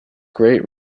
great